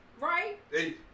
Right